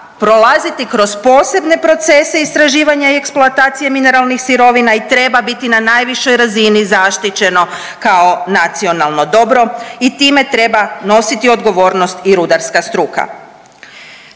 prolaziti kroz posebne procese istraživanja i eksploatacije mineralnih sirovina i treba biti na najvišoj razini zaštićeno kao nacionalno dobro i time treba nositi i odgovornost i rudarska struka.